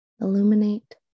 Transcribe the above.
illuminate